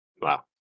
Wow